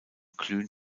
glühen